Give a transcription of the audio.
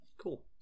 Cool